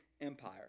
Empire